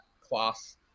class